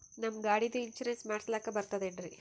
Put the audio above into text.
ನಮ್ಮ ಗಾಡಿದು ಇನ್ಸೂರೆನ್ಸ್ ಮಾಡಸ್ಲಾಕ ಬರ್ತದೇನ್ರಿ?